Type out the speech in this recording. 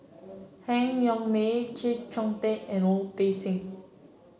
Han Yong May Chee Kong Tet and Wu Peng Seng